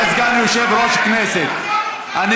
אתה סגן יושב-ראש הכנסת,